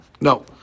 no